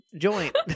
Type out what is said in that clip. joint